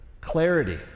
Clarity